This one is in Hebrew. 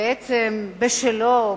ובעצם בשלה,